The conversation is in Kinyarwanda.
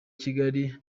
kigali